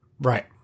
Right